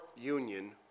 union